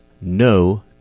no